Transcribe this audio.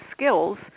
skills